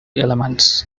elements